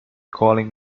calling